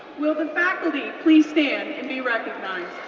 will the faculty please stand and be recognized?